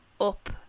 up